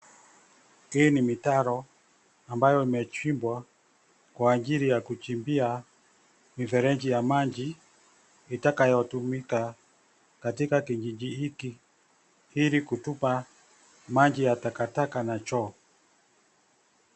Hii ni mitaro ambayo imechimbwa, kwa ajili ya kuchimbia mifereji ya maji itakayotumika katika kijiji hiki ili kutupa maji ya takataka na choo.